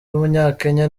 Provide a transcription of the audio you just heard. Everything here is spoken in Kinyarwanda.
w’umunyakenya